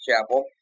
Chapel